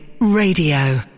Radio